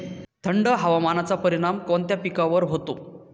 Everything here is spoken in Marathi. थंड हवामानाचा परिणाम कोणत्या पिकावर होतो?